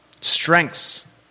Strengths